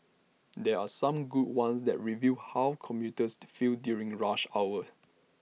there are some good ones that reveal how commuters feel during rush hour